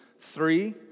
Three